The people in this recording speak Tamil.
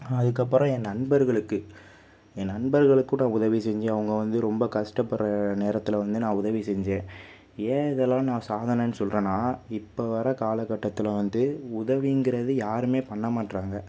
நான் அதுக்கப்பறம் என் நண்பர்களுக்கு என் நண்பர்களுக்கு கூட உதவி செஞ்சேன் அவங்க வந்து ரொம்ப கஷ்டப்படுற நேரத்தில் வந்து நான் உதவி செஞ்சேன் ஏன் இதெல்லாம் நான் சாதனைனு சொல்கிறன்னா இப்போ வர காலகட்டத்தில் வந்து உதவிங்கிறது யாருமே பண்ணமாட்றாங்க